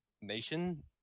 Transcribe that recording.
nation